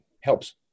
helps